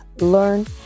learn